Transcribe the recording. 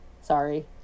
Sorry